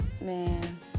man